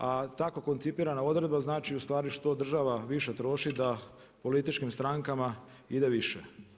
A tako koncipirana odredba znači ustvari što država više troši da političkim strankama ide više.